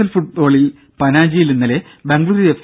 L ഫുട്ബോളിൽ പനാജിയിൽ ഇന്നലെ ബംഗളുരു എഫ്